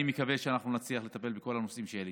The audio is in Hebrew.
אני מקווה שנצליח לטפל בכל הנושאים שהעלית.